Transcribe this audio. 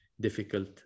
difficult